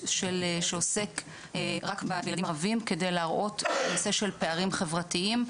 שעוסק רק בילדים ערבים כדי להראות נושא של פערים חברתיים,